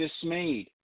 dismayed